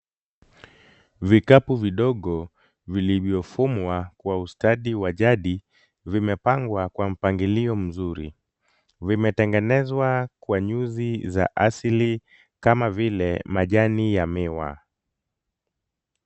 Vikapu vidogo vilivyofumwa kwa ustadi wa jadi, vimepangwa kwa mpangilio mzuri. Vimetengenezwa kwa nyuzi za asili kama vile majani ya miwa.